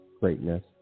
greatness